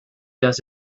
does